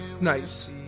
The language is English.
Nice